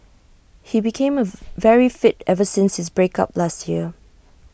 he became A very fit ever since his break up last year